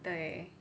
对